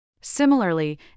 Similarly